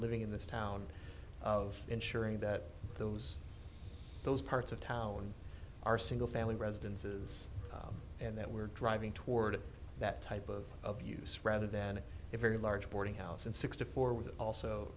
living in this town of ensuring that those those parts of town are single family residences and that we're driving toward that type of of use rather than a very large boarding house and sixty four we also